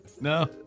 No